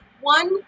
one